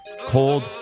cold